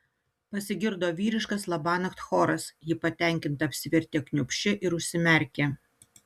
pasigirdo vyriškas labanakt choras ji patenkinta apsivertė kniūbsčia ir užsimerkė